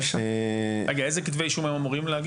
אז אני אומר --- איזה כתבי אישום הם אמורים להגיש?